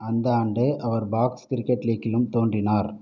அந்த ஆண்டு அவர் பாக்ஸ் கிரிக்கெட் லீக்கிலும் தோன்றினார்